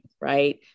right